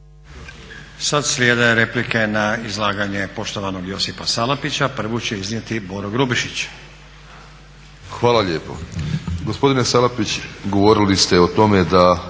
Sad slijede replike na izlaganje poštovanog Josipa Salapića. Prvu će iznijeti Boro Grubišić.